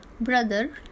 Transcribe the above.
Brother